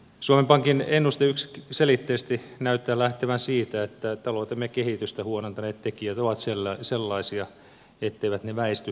suomen pankin ennuste yksiselitteisesti näyttää lähtevän siitä että taloutemme kehitystä huonontaneet tekijät ovat sellaisia etteivät ne väisty nopeasti